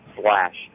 slash